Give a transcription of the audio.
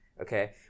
Okay